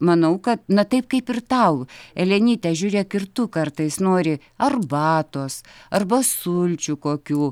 manau kad na taip kaip ir tau elenyte žiūrėk ir tu kartais nori arbatos arba sulčių kokių